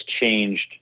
changed